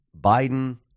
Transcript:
Biden